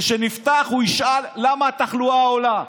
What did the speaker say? וכשנפתח הוא ישאל למה התחלואה עולה.